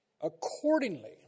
Accordingly